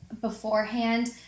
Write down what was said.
beforehand